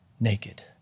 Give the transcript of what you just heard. naked